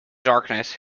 darkness